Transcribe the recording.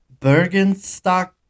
Bergenstock